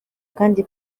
kandi